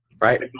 Right